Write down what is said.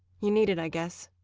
you need it, i guess.